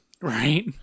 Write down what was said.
Right